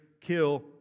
kill